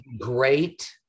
great